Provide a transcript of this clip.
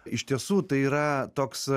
iš tiesų tai yra toks